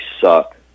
suck